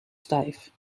stijf